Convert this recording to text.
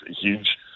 huge